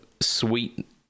sweet